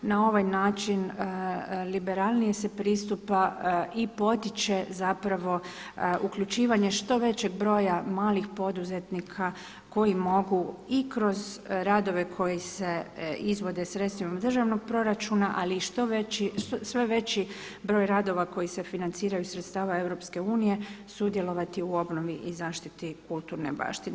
Na ovaj način liberalnije se pristupa i potiče zapravo uključivanje što većeg broja malih poduzetnika koji mogu i kroz radove koji se izvode sredstvima iz državnog proračuna ali i sve veći broj radova koji se financiraju iz sredstava EU, sudjelovati u obnovi i zaštiti kulturne baštine.